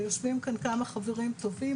יושבים כאן כמה חברים טובים.